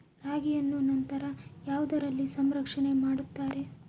ರಾಗಿಯನ್ನು ನಂತರ ಯಾವುದರಲ್ಲಿ ಸಂರಕ್ಷಣೆ ಮಾಡುತ್ತಾರೆ?